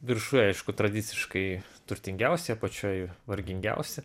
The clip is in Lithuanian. viršuj aišku tradiciškai turtingiausi apačioj vargingiausi